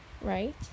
Right